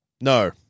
No